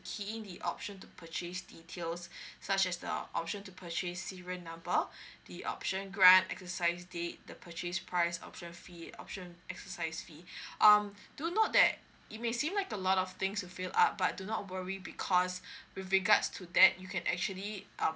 key in the option to purchase details such as the option to purchase serial number the option grant exercise date the purchase price option fee option exercise fee um do note that it may seem like a lot of things to fill up but do not worry because with regards to that you can actually um